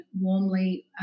warmly